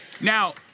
Now